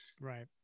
Right